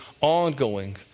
ongoing